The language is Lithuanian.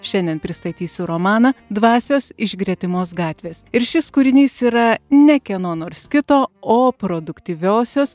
šiandien pristatysiu romaną dvasios iš gretimos gatvės ir šis kūrinys yra ne kieno nors kito o produktyviosios